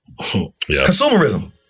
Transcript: Consumerism